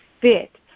fit